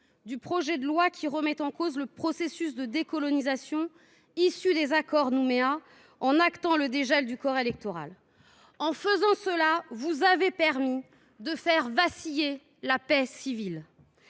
constitutionnelle qui remet en cause le processus de décolonisation issu de l’accord de Nouméa en actant le dégel du corps électoral. En faisant cela, vous avez fait vaciller la paix civile.